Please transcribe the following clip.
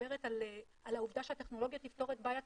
שמדברת על העובדה שהטכנולוגיה תפתור את בעיית